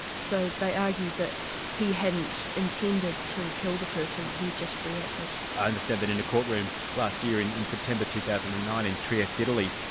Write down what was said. so they argued that he hadn't intended to kill the person, he'd just reacted. i understand that in the court room last year in in september two thousand and nine in trieste, italy,